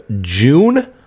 June